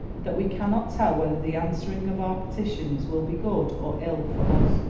that we cannot tell whether the answering of our petitions will be good or ill for us.